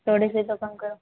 थोड़ी से तो कम करो